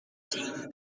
team